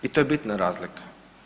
I to je bitna razlika.